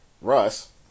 Russ